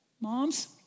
moms